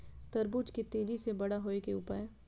तरबूज के तेजी से बड़ा होय के उपाय?